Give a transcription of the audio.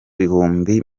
bihumbi